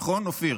נכון, אופיר?